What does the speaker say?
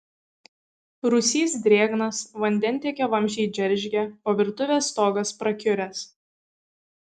rūsys drėgnas vandentiekio vamzdžiai džeržgia o virtuvės stogas prakiuręs